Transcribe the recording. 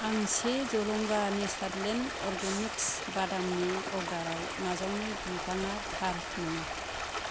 आं से जलंगा नेचारलेण्ड अर्गेनिक्स बादामनि अर्डाराव नाजावनाय बिबाङा थार नङा